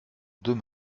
deux